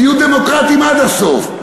תהיו דמוקרטים עד הסוף.